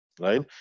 right